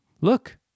Look